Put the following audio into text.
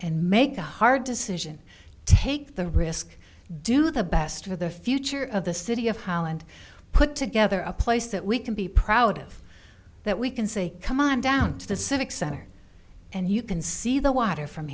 and make the hard decision take the risk do the best for the future of the city of holland put together a place that we can be proud of that we can say come on down to the civic center and you can see the water from